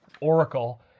Oracle